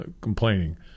complaining